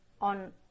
on